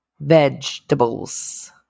vegetables